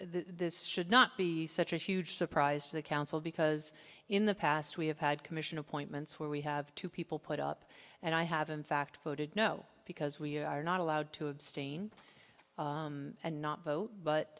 this should not be such a huge surprise to the council because in the past we have had commission appointments where we have two people put up and i have in fact voted no because we are not allowed to abstain and not vote but